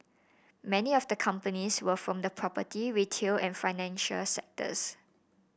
many of the companies were from the property retail and financial sectors